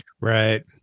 Right